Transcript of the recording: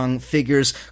figures